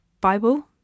Bible